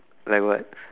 like what